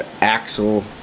axle